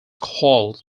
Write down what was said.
called